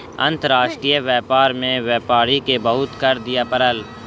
अंतर्राष्ट्रीय व्यापार में व्यापारी के बहुत कर दिअ पड़ल